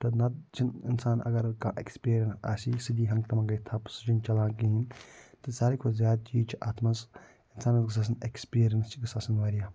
تہٕ نَتہٕ چھِ نہٕ اِنسان اگر کانٛہہ ایٚکسپیٖریَنس آسہِ سُہ دِی ہَنٛگتہٕ مَنٛگے تھَپہٕ سُہ چھُ نہٕ چَلان کِہیٖنۍ تہٕ ساروی کھۄت زیاد چیٖز چھُ اتھ مَنٛز اِنسانَس گوٚژھ آسُن ایٚکسپیٖریَنس گٔژھ آسٕن واریاہ